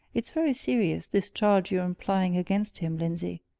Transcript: it's very serious, this charge you're implying against him, lindsey!